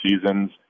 seasons